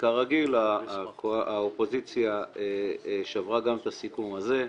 וכרגיל האופוזיציה שברה גם את הסיכום הזה.